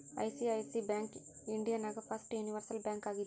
ICICI bank India ನಾಗ್ first universal bank ಆಗಿದ್ದು